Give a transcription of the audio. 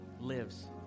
lives